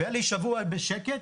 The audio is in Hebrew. היה לי שבוע שקט,